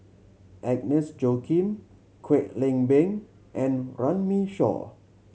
Agnes Joaquim Kwek Leng Beng and Runme Shaw